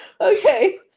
Okay